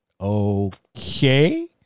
Okay